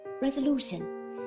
resolution